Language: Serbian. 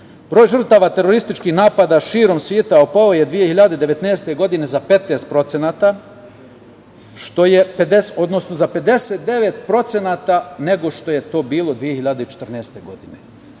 žrtava terorističkih napada širom sveta opao je 2019. godine za 15%, odnosno za 59% nego što je to bilo 2014. godine.U